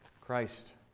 Christ